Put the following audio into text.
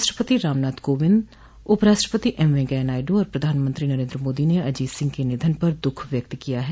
राष्ट्रपति रामनाथ कोविंद उपराष्ट्रपति एम वेंकैया नायडू और प्रधानमंत्री नरेन्द्र मोदी ने अजीत सिंह के निधन पर दुख व्यक्त किया है